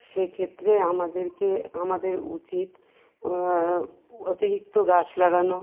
সে ক্ষেত্রে আমাদেরকে আমাদের উচিত অতিরিক্ত গাছ লাগানো